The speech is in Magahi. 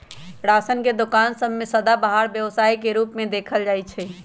राशन के दोकान एगो सदाबहार व्यवसाय के रूप में देखल जाइ छइ